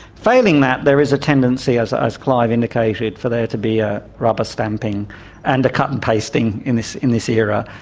failing that there is a tendency, as as clive indicated, for there to be a rubberstamping and a cut and pasting in this in this era.